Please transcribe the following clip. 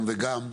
גם וגם?